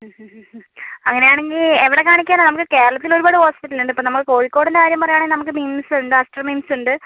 അങ്ങനെയാണെങ്കിൽ എവിടെ കാണിക്കാനാണ് നമുക്ക് കേരളത്തിൽ ഒരുപാട് ഹോസ്പിറ്റലുണ്ട് ഇപ്പോൾ നമ്മൾ കോഴിക്കോടിൻ്റെ കാര്യം പറയുവാണെങ്കിൽ നമുക്ക് മിംസ് ഉണ്ട് ആസ്റ്റർ മിംസ് ഉണ്ട്